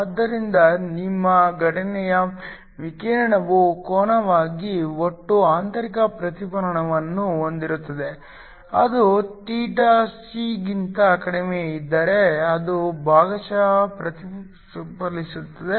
ಆದ್ದರಿಂದ ನಿಮ್ಮ ಘಟನೆಯ ವಿಕಿರಣವು ಕೋನವಾಗಿ ಒಟ್ಟು ಆಂತರಿಕ ಪ್ರತಿಫಲನವನ್ನು ಹೊಂದಿರುತ್ತದೆ ಅದು ಥೀಟಾ c ಗಿಂತ ಕಡಿಮೆಯಿದ್ದರೆ ಅದು ಭಾಗಶಃ ಪ್ರತಿಫಲಿಸುತ್ತದೆ